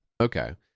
okay